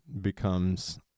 becomes